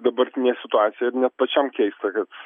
dabartinę situaciją ir net pačiam keista kad